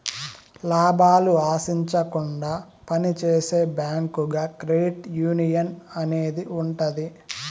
లాభాలు ఆశించకుండా పని చేసే బ్యాంకుగా క్రెడిట్ యునియన్ అనేది ఉంటది